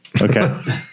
Okay